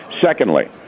Secondly